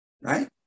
right